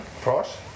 Price